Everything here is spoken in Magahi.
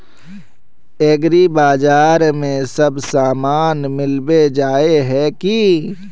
एग्रीबाजार में सब सामान मिलबे जाय है की?